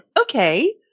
Okay